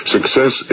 Success